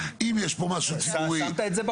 אם יש פה משהו ציבורי --- שמת את זה בחוק.